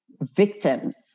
victims